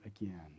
again